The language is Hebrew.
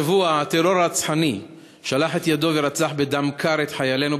השבוע טרור רצחני שלח את ידו ורצח בדם קר את חיילינו